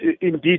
indeed